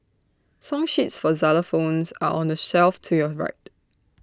song sheets for xylophones are on the shelf to your right